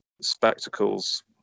Spectacles